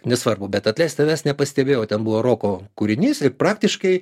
nesvarbu bet atleisk tavęs nepastebėjau ten buvo roko kūrinys ir praktiškai